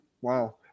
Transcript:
wow